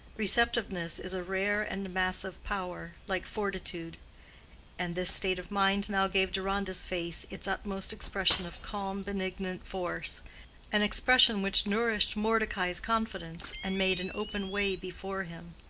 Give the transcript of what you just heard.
receptiveness is a rare and massive power, like fortitude and this state of mind now gave deronda's face its utmost expression of calm benignant force an expression which nourished mordecai's confidence and made an open way before him.